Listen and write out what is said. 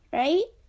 right